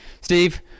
Steve